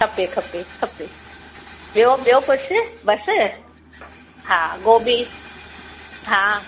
खपे खपे खपे ॿियो ॿियो कुझु बसि हा गोभी हा